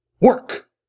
work